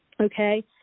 okay